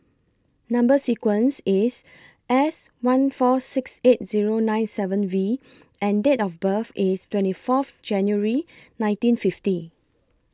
Number sequence IS S one four six eight Zero nine seven V and Date of birth IS twenty Fourth January nineteen fifty